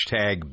hashtag